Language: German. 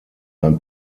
ein